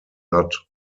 not